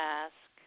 ask